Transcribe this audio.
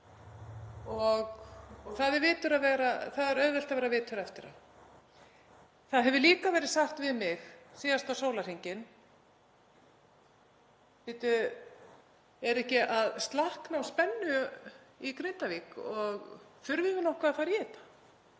Það er auðvelt að vera vitur eftir á. Það hefur líka verið sagt við mig síðasta sólarhringinn: Bíddu, er ekki að slakna á spennu í Grindavík, þurfum við nokkuð að fara í þetta?